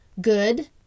good